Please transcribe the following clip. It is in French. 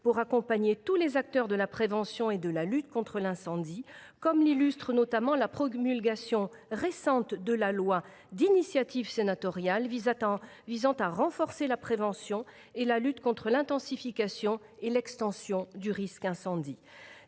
pour accompagner tous les acteurs de la prévention et de la lutte contre l’incendie, comme l’illustre notamment la promulgation récente de la loi, d’initiative sénatoriale, du 10 juillet 2023 visant à renforcer la prévention et la lutte contre l’intensification et l’extension du risque incendie.